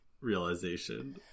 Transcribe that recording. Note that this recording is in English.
Realization